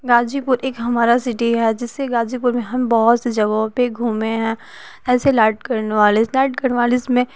गाजीपुर इक हमारा सिटी है जिससे गाजीपुर में हम बहुत सी जगहों पर घूमे हैं ऐसे लार्ड कार्नवालिस लार्ड कार्नवालिस में